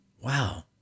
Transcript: Wow